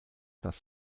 das